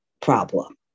problem